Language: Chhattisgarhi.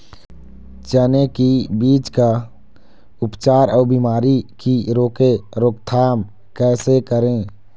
चने की बीज का उपचार अउ बीमारी की रोके रोकथाम कैसे करें?